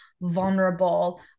vulnerable